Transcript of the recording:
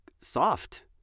soft